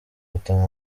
batanga